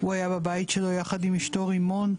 הוא היה בבית שלו יחד עם אשתו רימון.